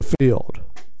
Field